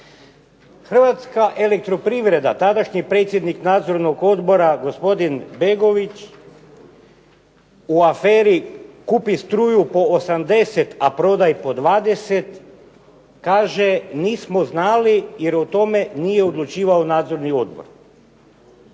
Hrvatska elektroprivreda tadašnji predsjednik Nadzornog odbora gospodin Begović u aferi "Kupi struju po 80 a prodaj po 20" kaže nismo znali jer o tome nije odlučivao Nadzorni odbor.